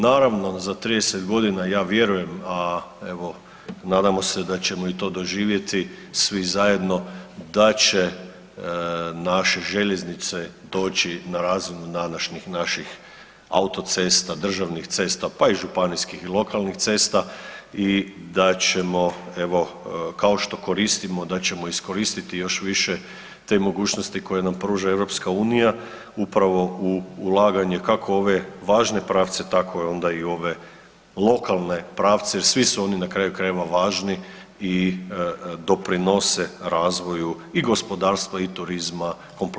Naravno, za 30 godina ja vjerujem, a evo nadamo se da ćemo i to doživjeti svi zajedno da će naše željeznice doći na razinu današnjih naših autocesta, državnih cesta pa i županijskih i lokalnih cesta i da ćemo evo kao što koristimo, da ćemo iskoristiti još više te mogućnosti koje nam pruža EU upravo u ulaganje kako u ove važne pravce tako i onda u ove lokalne pravce jer svi su oni na kraju krajeva važni i doprinose razvoju i gospodarstva i turizma kompletne nam države.